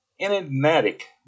enigmatic